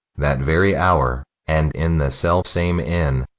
that very hour, and in the self-same inn,